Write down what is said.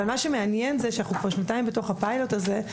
אבל מה שמעניין זה שאנחנו כבר שנתיים בתוך הפיילוט הזה,